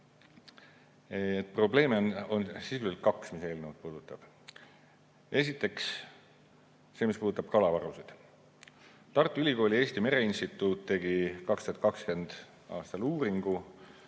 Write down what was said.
sisuliselt kaks, mis eelnõu puudutab. Esiteks see, mis puudutab kalavarusid. Tartu Ülikooli Eesti Mereinstituut tegi 2020. aastal uuringu